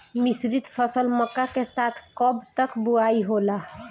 मिश्रित फसल मक्का के साथ कब तक बुआई होला?